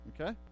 Okay